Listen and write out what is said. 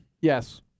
Yes